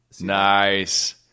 Nice